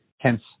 hence